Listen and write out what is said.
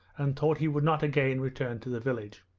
and thought he would not again return to the village.